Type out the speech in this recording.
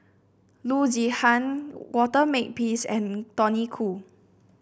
Loo Zihan Walter Makepeace and Tony Khoo